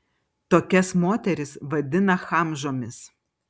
tokias moteris vadina chamžomis